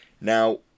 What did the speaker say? Now